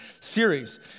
series